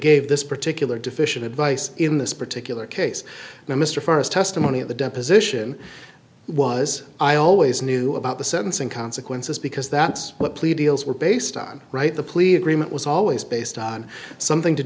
gave this particular deficient advice in this particular case mr furze testimony at the deposition was i always knew about the sentencing consequences because that's what plea deals were based on right the police agreement was always based on something to